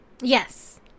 Yes